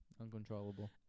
Uncontrollable